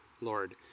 Lord